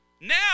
Now